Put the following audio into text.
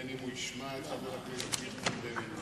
בין שישמע את חבר הכנסת דיכטר בין שלא.